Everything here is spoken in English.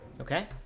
Okay